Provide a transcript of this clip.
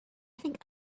think